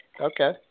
Okay